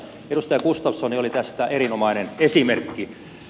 edustaja gustafsson on tästä erinomainen esimerkki